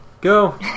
Go